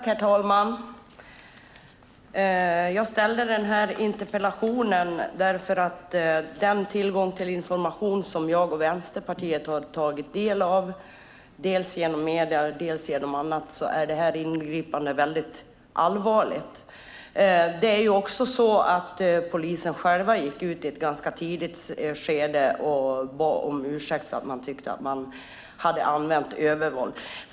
Herr talman! Jag ställde den här interpellationen eftersom det här ingripandet, enligt den information som jag och Vänsterpartiet har tagit del av, dels genom medierna, dels genom annat, var väldigt allvarligt. Polisen gick också själv ut i ett ganska tidigt skede och bad om ursäkt, eftersom man tyckte att man hade använt övervåld.